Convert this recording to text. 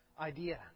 idea